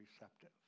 receptive